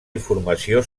informació